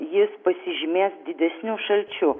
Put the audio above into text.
jis pasižymės didesniu šalčiu